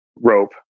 rope